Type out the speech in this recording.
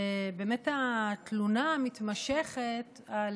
באמת התלונה המתמשכת על